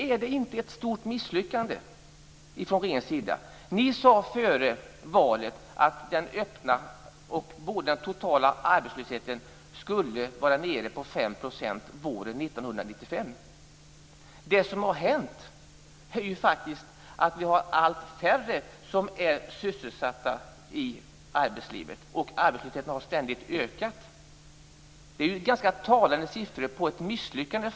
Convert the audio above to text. Är det inte ett stort misslyckande från regeringens sida? Ni sade före valet att den öppna och totala arbetslösheten skulle vara nere på 5 % våren 1995. Vad som har hänt är att allt färre är sysselsatta i arbetslivet och att arbetslösheten har ökat. Det är ganska talande siffror på ett misslyckande.